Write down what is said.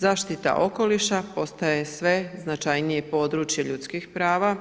Zaštita okoliša postaje sve značajnije područje ljudskih prava